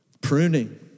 Pruning